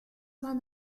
one